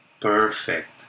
perfect